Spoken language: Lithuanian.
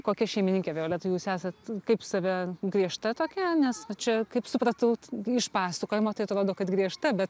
kokia šeimininkė violeta jūs esat kaip save griežta tokia nes nu čia kaip supratau iš pasakojimo tai atrodo kad griežta bet